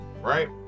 right